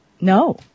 No